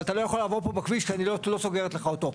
אבל אתה לא יכול לעבור פה בכביש כי אני לא סוגרת לך אותו.